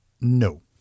no